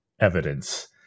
Evidence